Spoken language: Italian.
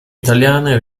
italiane